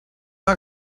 not